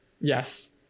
Yes